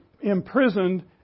imprisoned